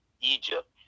Egypt